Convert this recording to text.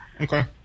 Okay